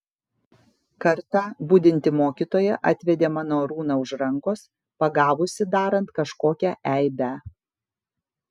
kartą budinti mokytoja atvedė mano arūną už rankos pagavusi darant kažkokią eibę